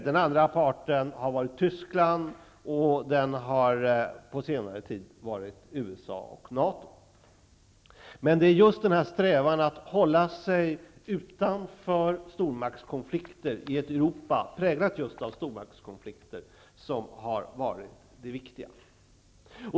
Den andra parten har varit Tyskland och på senare tid USA och NATO. Det är just strävan efter att hålla sig utanför stormaktskonflikter i ett Europa präglat av stormaktskonflikter som har varit det viktiga.